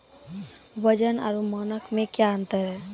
वजन और मानक मे क्या अंतर हैं?